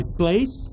place